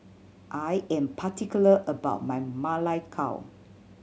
I am particular about my Ma Lai Gao